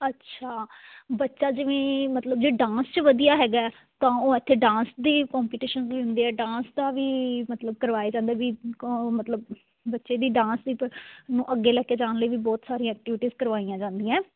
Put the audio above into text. ਅੱਛਾ ਬੱਚਾ ਜਿਵੇਂ ਮਤਲਬ ਜੇ ਡਾਂਸ 'ਚ ਵਧੀਆ ਹੈਗਾ ਤਾਂ ਉਹ ਇੱਥੇ ਡਾਂਸ ਦੇ ਕੋਪੀਟੀਸ਼ਨ ਵੀ ਹੁੰਦੇ ਹੈ ਡਾਂਸ ਦਾ ਵੀ ਮਤਲਬ ਕਰਵਾਏ ਜਾਂਦਾ ਵੀ ਮਤਲਬ ਬੱਚੇ ਦੀ ਡਾਂਸ ਦੀ ਨੂੰ ਅੱਗੇ ਲੈ ਕੇ ਜਾਣ ਲਈ ਵੀ ਬਹੁਤ ਸਾਰੀਆਂ ਐਕਟੀਵਿਟੀਜ਼ ਕਰਵਾਈਆਂ ਜਾਂਦੀਆਂ